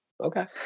Okay